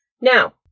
Now